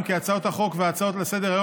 בבקשה להמשיך.